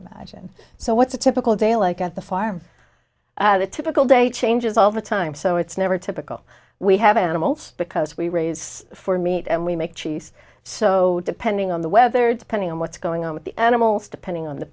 imagine so what's a typical day like at the farm at a typical day changes all the time so it's never typical we have animals because we raise for meat and we make cheese so depending on the weather depending on what's going on with the animals depending on the